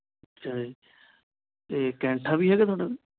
ਅੱਛਾ ਜੀ ਅਤੇ ਕੈਂਠਾ ਵੀ ਹੈਗਾ ਤੁਹਾਡੇ ਕੋਲ